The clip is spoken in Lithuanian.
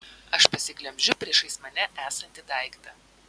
aš pasiglemžiu priešais mane esantį daiktą